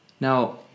Now